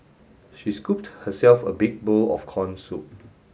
she scooped herself a big bowl of corn soup